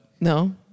No